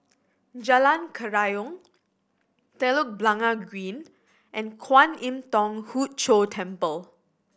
Jalan Kerayong Telok Blangah Green and Kwan Im Thong Hood Cho Temple